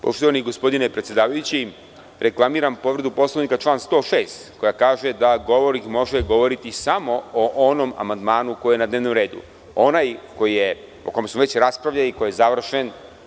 Poštovani gospodine predsedavajući, reklamiram povredu Poslovnika, član 106. koji kaže da govornik može da govori samo o onom amandmanu koji je na dnevnom redu, onaj o kome smo već raspravljali i koji je završen.